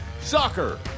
Soccer